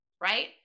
right